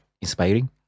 inspiring